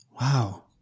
Wow